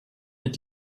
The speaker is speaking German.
mit